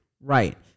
Right